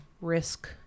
risk